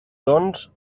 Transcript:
doncs